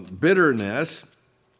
bitterness